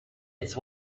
its